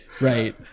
Right